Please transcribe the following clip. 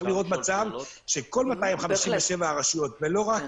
צריך לראות מצב שכל 357 הרשויות ולא רק